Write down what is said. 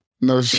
No